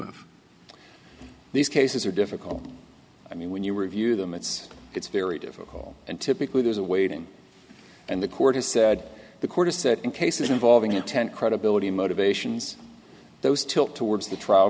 of these cases are difficult i mean when you review them it's it's very difficult and typically there's a waiting and the court has said the court has said in cases involving intent credibility motivations those tilt towards the trial